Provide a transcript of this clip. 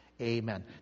Amen